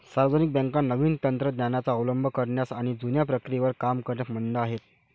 सार्वजनिक बँका नवीन तंत्र ज्ञानाचा अवलंब करण्यास आणि जुन्या प्रक्रियेवर काम करण्यास मंद आहेत